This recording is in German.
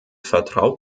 vertraut